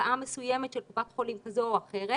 למרפאה מסוימת של קופת חולים כזו או אחרת